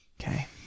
okay